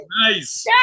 nice